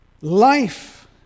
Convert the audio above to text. life